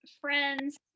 friends